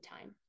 time